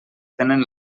tenen